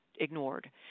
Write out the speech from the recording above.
ignored